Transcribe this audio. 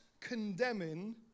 condemning